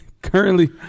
Currently